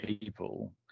people